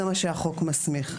זה מה שהחוק מסמיך.